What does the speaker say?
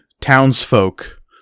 townsfolk